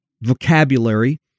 vocabulary